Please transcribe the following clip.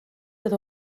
oedd